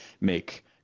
make